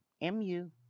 M-U